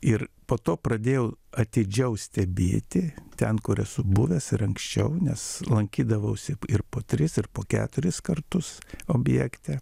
ir po to pradėjau atidžiau stebėti ten kur esu buvęs ir anksčiau nes lankydavausi ir po tris ir po keturis kartus objekte